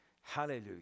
Hallelujah